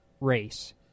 race